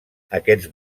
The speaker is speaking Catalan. aquests